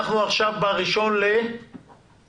אנחנו עכשיו ב-1 ביולי.